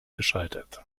gescheitert